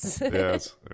Yes